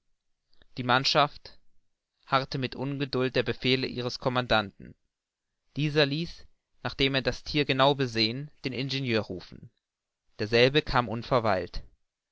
die mannschaft harrte mit ungeduld der befehle ihres commandanten dieser ließ nachdem er das thier genau besehen den ingenieur rufen derselbe kam unverweilt